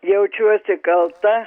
jaučiuosi kalta